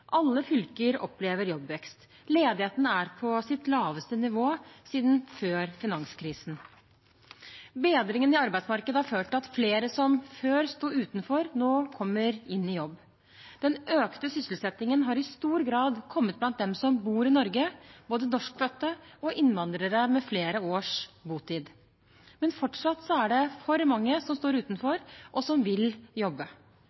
Alle fylker opplever jobbvekst. Ledigheten er på sitt laveste nivå siden før finanskrisen. Bedringen i arbeidsmarkedet har ført til at flere som før sto utenfor, nå kommer inn i jobb. Den økte sysselsettingen har i stor grad kommet blant dem som bor i Norge, både norskfødte og innvandrere med flere års botid. Men fortsatt er det for mange som står utenfor, og som vil jobbe.